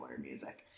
music